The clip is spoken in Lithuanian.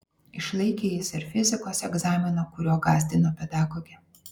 išlaikė jis ir fizikos egzaminą kuriuo gąsdino pedagogė